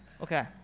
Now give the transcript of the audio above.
Okay